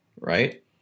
right